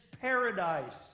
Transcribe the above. paradise